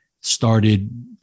started